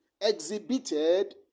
exhibited